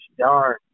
darn